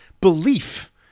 belief